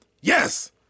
yes